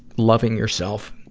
loving yourself.